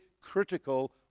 critical